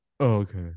Okay